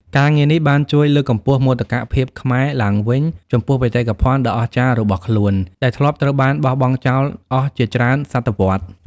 ការងារនេះបានជួយលើកកម្ពស់មោទកភាពខ្មែរឡើងវិញចំពោះបេតិកភណ្ឌដ៏អស្ចារ្យរបស់ខ្លួន ដែលធ្លាប់ត្រូវបានបោះបង់ចោលអស់ជាច្រើនសតវត្សរ៍។